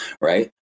Right